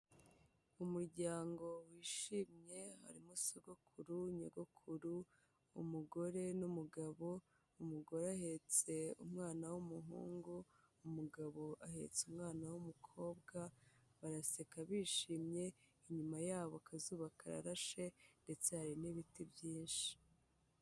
Umuryango wishimye, harimo sogokuru, nyogokuru, umugore n'umugabo, umugore ahetse umwana w'umuhungu, umugabo ahetse umwana w'umukobwa baraseka bishimye, inyuma yabo akazuba kararashe ndetse hari n'ibiti byinshi.